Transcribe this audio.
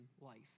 life